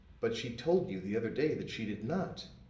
but she told you the other day that she did not.